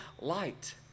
light